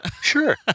Sure